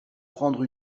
prendre